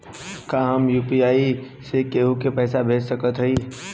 का हम यू.पी.आई से केहू के पैसा भेज सकत हई?